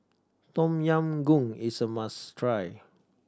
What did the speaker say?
Tom Yam Goong is a must try